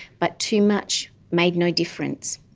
but too much made no difference.